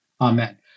Amen